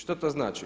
Što to znači?